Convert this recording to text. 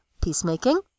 peacemaking